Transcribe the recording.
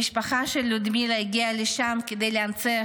המשפחה של לודמילה הגיעה לשם כדי להנציח